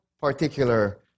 particular